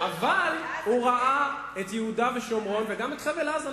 אבל הוא ראה ביהודה ושומרון וגם את בחבל-עזה.